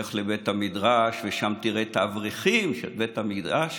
לך לבית המדרש, ושם תראה את האברכים של בית המדרש,